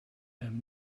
him